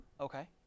Okay